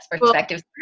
perspectives